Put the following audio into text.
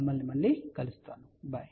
మిమ్మల్ని మళ్ళీ కలుస్తాను బై